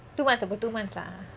two months about two months lah